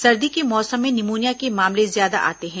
सर्दी के मौसम में निमोनिया के मामले ज्यादा आते हैं